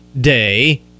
Day